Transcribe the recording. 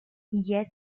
yes